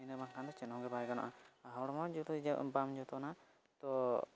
ᱤᱱᱟᱹ ᱵᱟᱝᱠᱷᱟᱱ ᱫᱚ ᱪᱮᱫ ᱦᱚᱸᱜᱮ ᱵᱟᱭ ᱜᱟᱱᱚᱜᱼᱟ ᱟᱨ ᱦᱚᱲᱢᱚ ᱡᱩᱫᱤ ᱵᱟᱢ ᱡᱚᱛᱚᱱᱟ ᱛᱚ